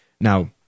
Now